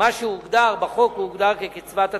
מה שהוגדר בחוק "קצבת התאמה".